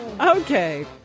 Okay